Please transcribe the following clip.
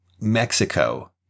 Mexico